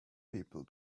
people